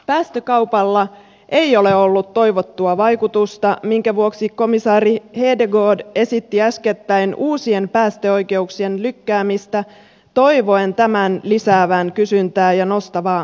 päästökaupalla ei ole ollut toivottua vaikutusta minkä vuoksi komissaari hedegaard esitti äskettäin uusien päästöoikeuksien lykkäämistä toivoen tämän lisäävän kysyntää ja nostavan hintaa